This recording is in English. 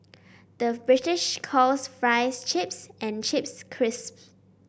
the British calls fries chips and chips crisps